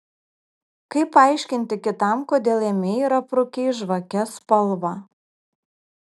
kaip paaiškinti kitam kodėl ėmei ir aprūkei žvake spalvą